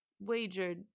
wagered